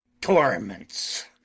Torments